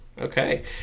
Okay